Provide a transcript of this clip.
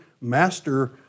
master